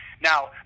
Now